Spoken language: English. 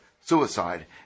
suicide